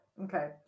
Okay